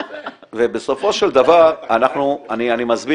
בסופו של דבר אני מסביר,